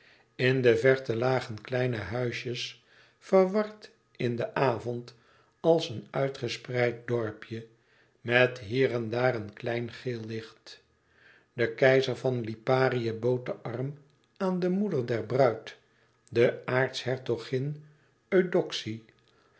in de verte lagen kleine huisjes verward in den avond als een uitgespreid dorpje met hier en daar een klein geel licht de keizer van liparië bood den arm aan de moeder der bruid de aartshertogin eudoxie